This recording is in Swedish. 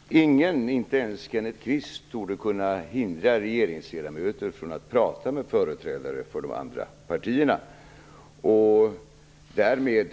Herr talman! Ingen - inte ens Kenneth Kvist - torde kunna hindra regeringsledamöter från att prata med företrädare för de andra partierna. Därmed